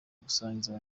gusangiza